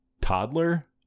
Toddler